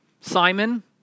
Simon